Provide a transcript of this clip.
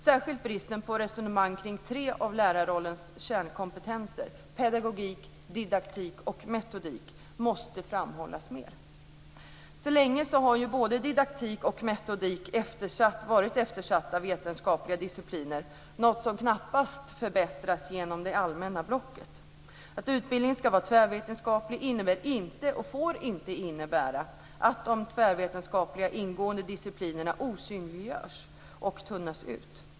Särskilt bristen på resonemang kring tre av lärarrollens kärnkompetenser, pedagogik, didaktik och metodik, måste framhållas mer. Länge har både didaktik och metodik varit eftersatta vetenskapliga discipliner, något som knappast förbättras genom det allmänna blocket. Att utbildningen ska vara tvärvetenskaplig får inte innebära att de ingående tvärvetenskapliga disciplinerna tunnas ut och osynliggörs.